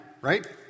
right